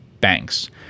banks